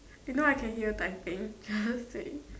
you know I can hear typing just saying